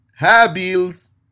Habil's